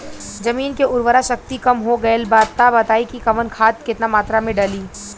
जमीन के उर्वारा शक्ति कम हो गेल बा तऽ बताईं कि कवन खाद केतना मत्रा में डालि?